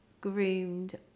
groomed